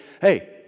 Hey